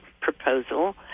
proposal